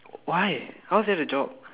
why how is that a job